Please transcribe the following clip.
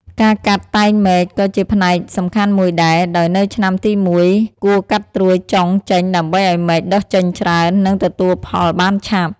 ការកាត់តែងមែកក៏ជាផ្នែកសំខាន់មួយដែរ ដោយនៅឆ្នាំទីមួយ គួរកាត់ត្រួយចុងចេញដើម្បីឲ្យមែកដុះចេញច្រើន និងទទួលផលបានឆាប់។